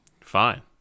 Fine